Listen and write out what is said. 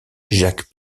jacques